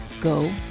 go